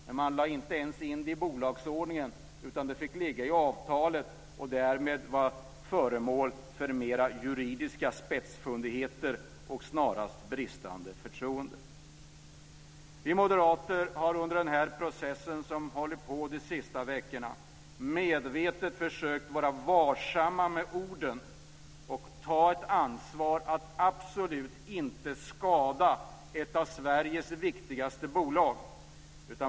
Men man lade inte ens in det i bolagsordningen, utan det fick ligga i avtalet och därmed vara föremål för mera juridiska spetsfundigheter och snarast bristande förtroende. Vi moderater har under den här processen, som hållit på de senaste veckorna, medvetet försökt vara varsamma med orden och ta ett ansvar för att absolut inte skada ett av Sveriges viktigaste bolag.